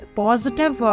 positive